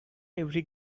every